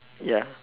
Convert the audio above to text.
ya